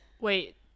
Wait